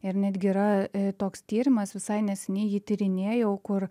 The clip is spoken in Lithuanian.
ir netgi yra toks tyrimas visai neseniai jį tyrinėjau kur